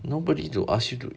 nobody to ask you do